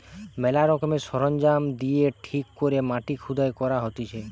ম্যালা রকমের সরঞ্জাম দিয়ে ঠিক করে মাটি খুদাই করা হতিছে